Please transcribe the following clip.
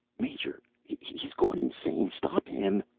major, he's gone insane. stop him.